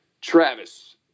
Travis